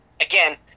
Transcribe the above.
Again